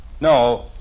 No